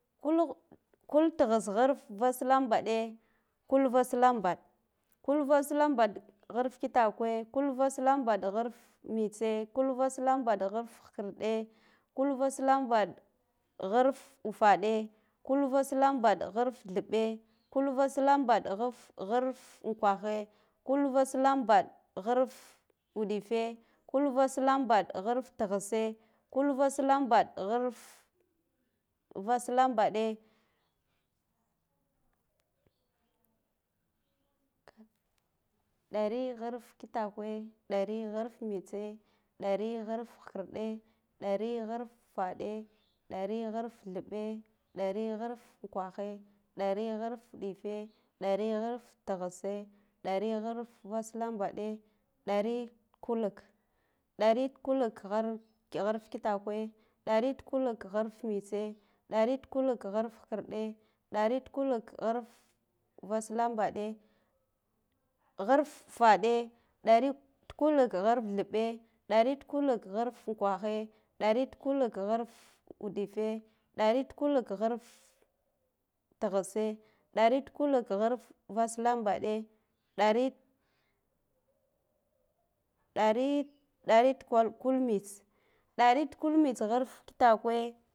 Kull, kultighisgharf vas lambaɗe, kulvaslam baɗ, kulgaslambadgharfkitakwe, kulvaslambaɗgharfmitse, kulvaslambaɗgharfhikirde, kurfavaslambadgharfunkwaghe, kulvaslambaɗgharfudife, kulvaslambaɗgharftighisse, kulvaslambaɗgharfvaslambaɗe, ɗarigharfkhikhirɗe, ɗaregharfufaɗe, ɗarihgharftheɓɓ, ɗarigharfunkwaghe, ɗarigharfuɗife, ɗarigharftighisse, ɗarigharfvaslambaɗe, ɗaritkulik, ɗarikulikghar gharfkitakwe, ɗarikulikgharfmitse, ɗarkulikgharfkhikirde, ɗarkulikgharvaslanbaɗe, gharfufaɗe ɗa mtsulikgharftheɓɓ, ɗaritkulikgharfunkwaghe, ɗarikuligharfuɗife, ɗarikulikgharftighissa, ɗarikulukgharvaslambaɗe, ɗari, ɗari hh kwal kumits, ɗarikulmtsgharfkitakwe, ɗarikulmtsgharfmitse, ɗarikulmtsgharfkhikhikirde, ɗarikulmtsgharfufaɗe, gharfkhikirde ɗarikulikgharkhilis nde, ɗaridkulikgharfufaɗe, darikulikghartheɓɓ, ɗaritkulikhgharfunkwahe, ɗaritkulikgharfuɗife, ɗaritkulikgharvaslambaɗe, ɗari tt ɗa ri gharfkhikirɗ, ɗarigharf, ɗarighar, darigharf.